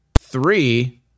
three